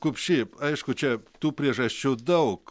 kupšy aišku čia tų priežasčių daug